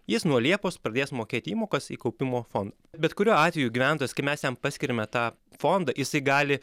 jis nuo liepos pradės mokėti įmokas į kaupimo fondą bet kuriuo atveju gyventojas kai mes jam paskiriame tą fondą jisai gali